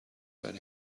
that